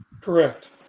Correct